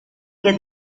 que